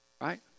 Right